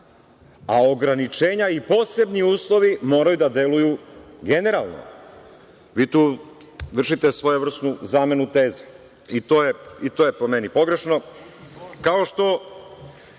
a ograničenja i posebni uslovi moraju da deluju generalno. Vi tu vršite svojevrsnu zamenu teza. I to je, po meni, pogrešno. Još